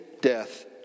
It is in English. death